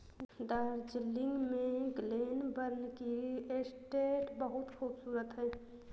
दार्जिलिंग में Glenburn tea estate बहुत खूबसूरत है